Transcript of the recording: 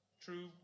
true